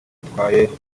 utwaye